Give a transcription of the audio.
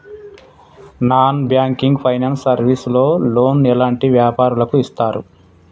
Non banking finance service లో loan ఎలాంటి వ్యాపారులకు ఇస్తరు?